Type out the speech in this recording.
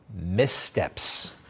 missteps